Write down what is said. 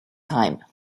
time